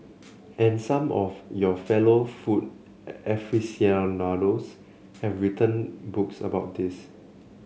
and some of your fellow food aficionados have written books about this